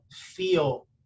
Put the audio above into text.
feel